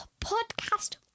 podcast